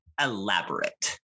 elaborate